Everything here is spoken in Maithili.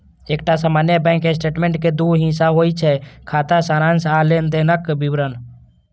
एकटा सामान्य बैंक स्टेटमेंट के दू हिस्सा होइ छै, खाता सारांश आ लेनदेनक विवरण